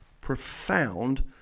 profound